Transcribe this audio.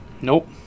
Nope